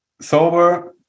sober